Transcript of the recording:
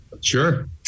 Sure